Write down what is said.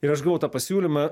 ir aš gavau tą pasiūlymą